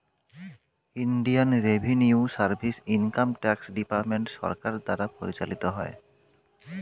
Indian revenue service income tax department সরকার দ্বারা পরিচালিত হয়